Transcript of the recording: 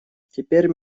теперь